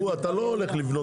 אתה לא הולך לבנות.